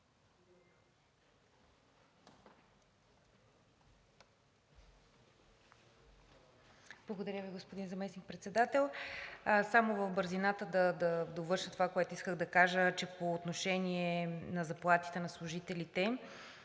Благодаря Ви, господин Заместник-председател. Само в бързината да довърша това, което исках да кажа по отношение на заплатите на служителите.